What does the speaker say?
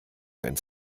ins